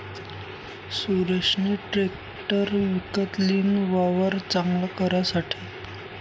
सुरेशनी ट्रेकटर विकत लीन, वावर चांगल करासाठे